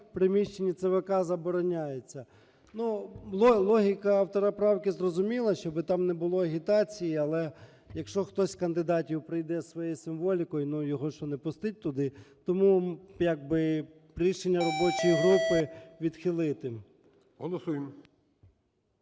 приміщенні ЦВК забороняється. Ну, логіка автора правки зрозуміла – щоб там не було агітації. Але, якщо хтось з кандидатів прийде зі своєю символікою, ну, його, що, не пустити туди? Тому як би рішення робочої групи відхилити. ГОЛОВУЮЧИЙ.